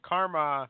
Karma